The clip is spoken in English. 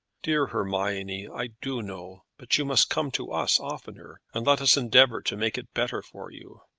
dear hermione, i do know! but you must come to us oftener, and let us endeavour to make it better for you.